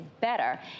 better